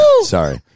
Sorry